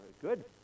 good